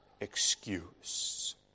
excuse